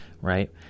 right